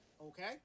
Okay